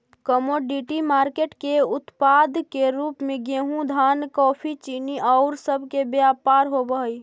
commodity market के उत्पाद के रूप में गेहूं धान कॉफी चीनी औउर सब के व्यापार होवऽ हई